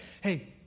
hey